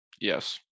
Yes